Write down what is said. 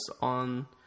on